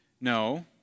No